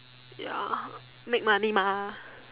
ya make money mah